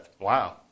Wow